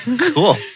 Cool